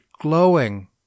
glowing